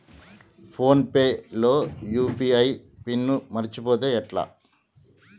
Phone pay లో UPI PIN మరచిపోతే ఎట్లా?